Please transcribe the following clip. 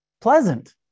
pleasant